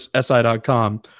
SI.com